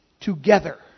together